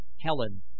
Helen